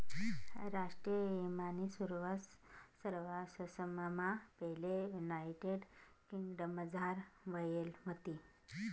राष्ट्रीय ईमानी सुरवात सरवाससममा पैले युनायटेड किंगडमझार व्हयेल व्हती